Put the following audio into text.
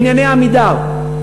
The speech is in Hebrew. בנייני "עמידר".